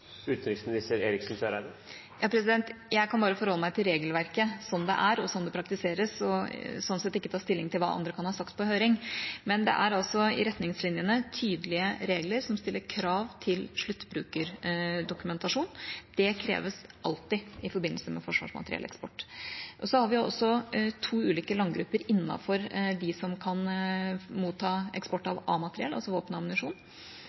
kan bare forholde meg til regelverket som det er, og som det praktiseres, og sånn sett ikke ta stilling til hva andre kan ha sagt på høring. Men det er altså i retningslinjene tydelige regler som stiller krav til sluttbrukerdokumentasjon. Det kreves alltid i forbindelse med forsvarsmaterielleksport. Så har vi også to ulike landgrupper innafor de som kan motta eksport av A-materiell, altså våpen